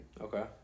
Okay